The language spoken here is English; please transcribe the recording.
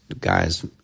guy's